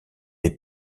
les